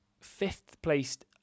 fifth-placed